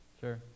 Sure